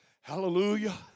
Hallelujah